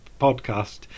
podcast